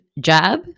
jab